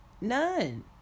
None